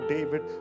David